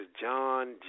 John